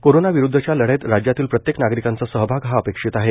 corona विरुद्वच्या लढाईत राज्यातील प्रत्येक नागरिकाचा सहभाग हा अपेक्षित आहे